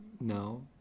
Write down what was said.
No